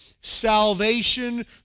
salvation